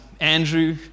Andrew